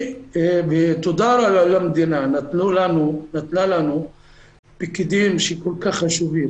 תודה למדינה שנתנה לנו פקידים שכל כך חשובים.